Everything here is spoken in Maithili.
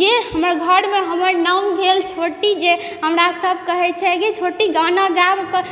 गे हमर घरमे हमर नाम भेल छोटी जे हमरा सब कहय छै गे छोटी गाना गाबि कऽ